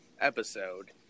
episode